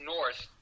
North